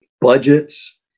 budgets